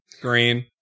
Green